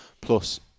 plus